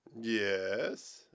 Yes